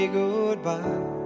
goodbye